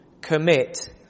commit